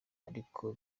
ariko